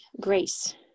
grace